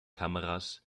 kameras